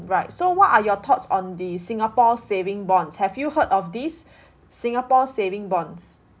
right so what are your thoughts on the singapore saving bonds have you heard of this singapore saving bonds